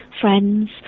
friends